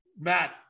Matt